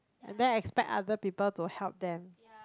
and then expect other people to help them